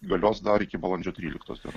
galios dar iki balandžio tryliktosios